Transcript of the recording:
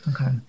Okay